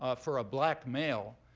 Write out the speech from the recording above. ah for a black male,